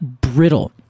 brittle